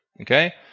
Okay